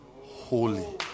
holy